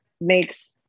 makes